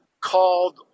called